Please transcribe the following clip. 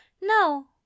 No